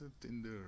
Tinder